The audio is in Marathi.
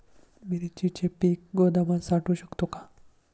मिरचीचे पीक गोदामात साठवू शकतो का?